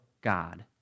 God